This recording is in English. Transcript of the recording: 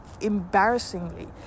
embarrassingly